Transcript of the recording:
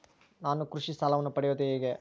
ನಾನು ಕೃಷಿ ಸಾಲವನ್ನು ಪಡೆಯೋದು ಹೇಗೆ?